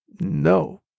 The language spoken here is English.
No